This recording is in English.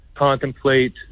contemplate